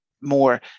more